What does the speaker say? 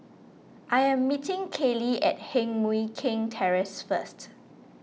I am meeting Kaylie at Heng Mui Keng Terrace first